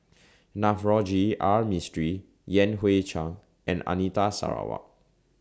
Navroji R Mistri Yan Hui Chang and Anita Sarawak